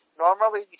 Normally